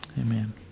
Amen